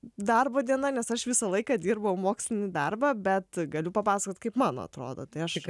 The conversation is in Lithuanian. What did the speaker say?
darbo diena nes aš visą laiką dirbau mokslinį darbą bet galiu papasakot kaip man atrodo tai aš